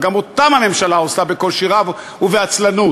גם אותם הממשלה עושה בקושי רב ובעצלנות,